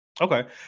Okay